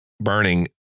burning